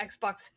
Xbox